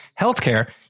healthcare